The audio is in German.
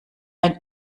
ein